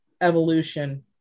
evolution